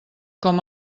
com